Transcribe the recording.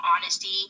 honesty